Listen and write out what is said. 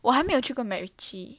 我还没有去过 macritchie